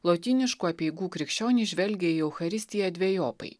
lotyniškų apeigų krikščionys žvelgia į eucharistiją dvejopai